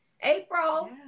April